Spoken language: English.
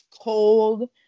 cold